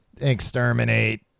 Exterminate